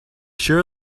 sure